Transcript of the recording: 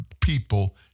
people